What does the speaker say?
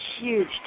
huge